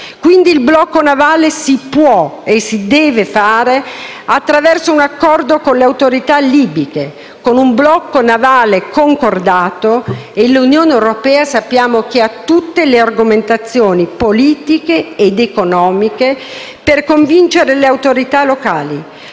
consigli. Il blocco navale si può e si deve fare, attraverso un accordo con le autorità libiche, un blocco navale concordato. Sappiamo che l'Unione europea ha tutte le argomentazioni politiche ed economiche per convincere le autorità locali,